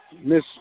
Miss